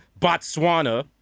Botswana